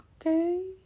Okay